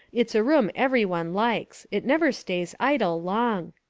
it's a room every one likes. it never stays idle long